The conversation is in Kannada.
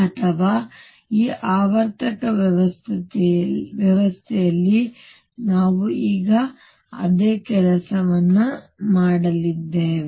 ಅಥವಾ ಈ ಆವರ್ತಕ ವ್ಯವಸ್ಥೆಯಲ್ಲಿ ನಾವು ಈಗ ಅದೇ ಕೆಲಸವನ್ನು ಮಾಡಲಿದ್ದೇವೆ